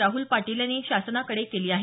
राह्ल पाटील यांनी शासनाकडे केली आहे